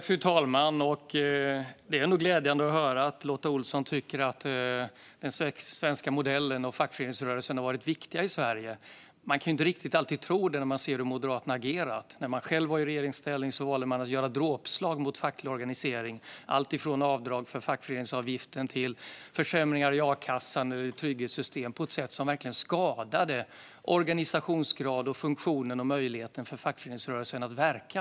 Fru talman! Det är ändå glädjande att höra att Lotta Olsson tycker att den svenska modellen och fackföreningsrörelsen har varit viktiga i Sverige. Det kan man inte alltid tro när man tittar på hur Moderaterna har agerat. När de själva var i regeringsställning valde de att göra dråpslag mot facklig organisering med alltifrån avskaffat avdrag för fackföreningsavgiften till försämringar i a-kassan eller trygghetssystemen, vilket verkligen skadade organisationsgraden, funktionen och möjligheten för fackföreningsrörelsen att verka.